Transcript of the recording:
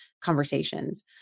conversations